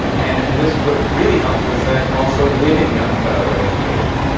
and and and this what really helped was that also women got were educated.